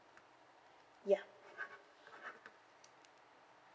ya